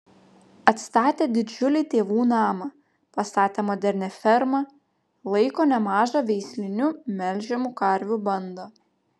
atstatė didžiulį tėvų namą pastatė modernią fermą laiko nemažą veislinių melžiamų karvių bandą